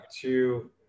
two